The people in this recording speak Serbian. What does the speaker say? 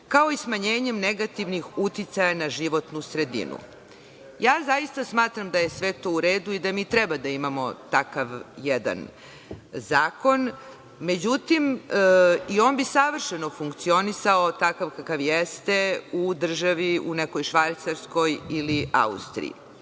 kao i smanjenjem negativnih uticaja na životnu sredinu. Zaista smatram da je sve to u redu i da mi treba da imamo takav jedan zakon, i on bi savršeno funkcionisao, takav kakav jeste u državi, u nekoj Švajcarskoj, ili Austriji. Nažalost,